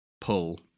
pull